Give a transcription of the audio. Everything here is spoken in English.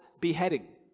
beheading